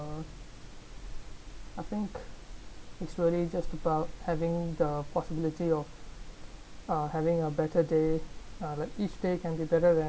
uh I think it's really just about having the possibility of uh having a better day uh like each day can be better than